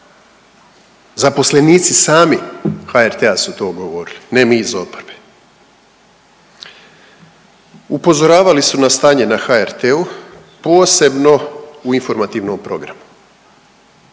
Zaposlenici sami HRT-a su to govorili, ne mi iz oporbe. Upozoravali su na stanje u HRT-u, posebno u informativnom programu.